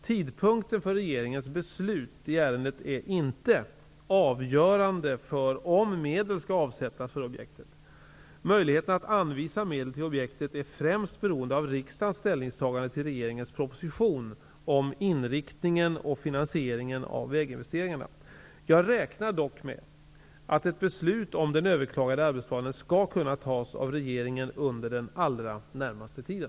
Tidpunkten för regeringens beslut i ärendet är inte avgörande för om medel skall avsättas för objektet. Möjligheten att anvisa medel till objektet är främst beroende av riksdagens ställningstagande till regeringens proposition om inriktningen och finansieringen av väginvesteringarna. Jag räknar dock med att ett beslut om den överklagade arbetsplanen skall kunna tas av regeringen under den allra närmaste tiden.